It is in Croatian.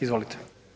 Izvolite.